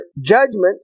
judgment